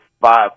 five